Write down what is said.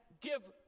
give